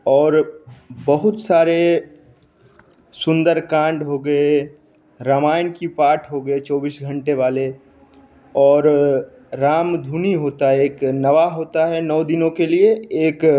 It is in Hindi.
और बहुत सारे सुंदरकांड हो गए रामायण की पाठ हो गए चौबीस घंटे वाले और रामधुनी होता है एक नवा होता है नौ दिनों के लिए एक